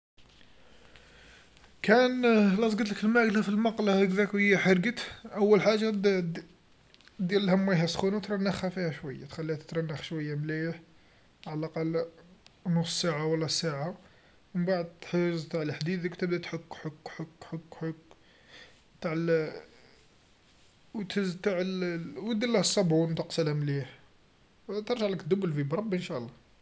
كان لزقتلك في الماكله في المقله هكذاك و هي حرقت، أول حاجه د-ديرلها ميا سخونه و ترنخها فيها شويا تخليها تترنخ شويا مليح على لأقل نص ساعه و لا ساعه، منبعد تع الحديد ذيك تبدا تحك حك حك حك حك على ل و تهز تع ل و ديلها صابون تقصلها مليح و ترجعلك دوبل في بربي انشاء الله.